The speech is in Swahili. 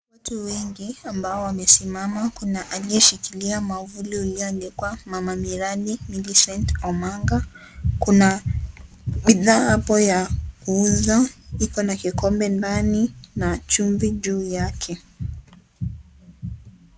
Watu wengi waliosimama, kuna aliyeshikilia mwavuli ulioandikwa, Mama Miradi Millicent Omanga. Kuna bidhaa hapo ya kuuza, iko na kikombe ndani na chumvi juu yake.